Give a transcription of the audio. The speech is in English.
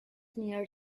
near